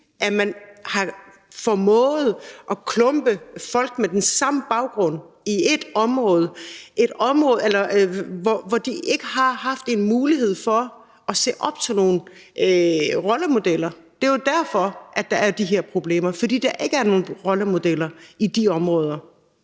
man har formået at klumpe folk med den samme baggrund sammen i ét område, hvor de ikke har haft en mulighed for at se op til nogle rollemodeller? Det er jo derfor, at der er de her problemer. For der er ikke nogen rollemodeller i de områder.